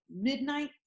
midnight